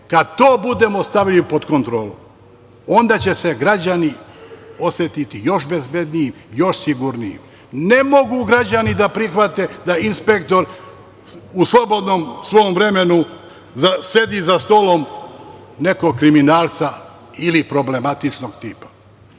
Kada to budemo stavili pod kontrolu, onda će se građani osetiti još bezbednijim, još sigurnijim. Ne mogu građani da prihvate da inspektor u slobodnom svom vremenu sedi za stolom nekog kriminalca ili problematičnog tipa,